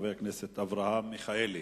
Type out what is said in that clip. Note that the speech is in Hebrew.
חבר הכנסת אברהם מיכאלי.